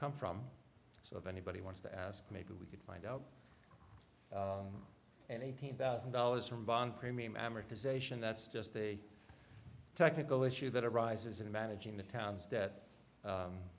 come from so if anybody wants to ask maybe we could find out and eighteen thousand dollars from bond premium amortization that's just a technical issue that arises in managing the town's